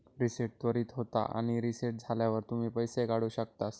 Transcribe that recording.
reset त्वरीत होता आणि रीसेट झाल्यावर तुम्ही पैशे काढु शकतास